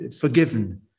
forgiven